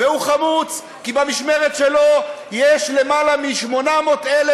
והוא חמוץ כי במשמרת שלו יש למעלה מ-800,000,